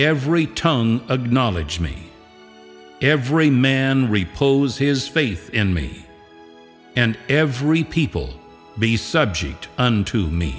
every tongue a knowledge me every man repose his faith in me and every people be subject unto me